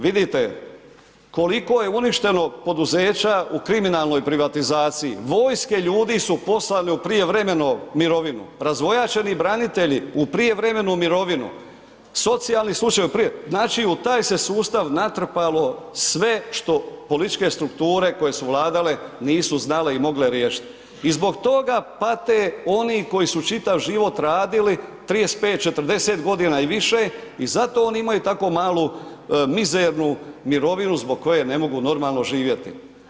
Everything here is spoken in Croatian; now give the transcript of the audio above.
Vidite koliko je uništeno poduzeća u kriminalnoj privatizaciji, vojske ljudi su poslani u prijevremenu mirovinu, razvojačeni branitelji u prijevremenu mirovinu, socijalni slučaj u prijevremenu, znači u taj se sustav natrpalo sve što političke strukture koje su vladale, nisu znale i mogle riješiti i zbog toga pate oni koji su čitav život radili 35, 40 g, i više i zato oni imaju tako malu mizernu mirovinu zbog koje ne mogu normalno živjeti.